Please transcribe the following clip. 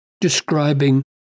describing